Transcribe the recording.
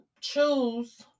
choose